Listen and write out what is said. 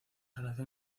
relación